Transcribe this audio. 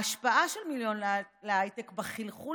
ההשפעה של "מיליון להייטק" היא בחלחול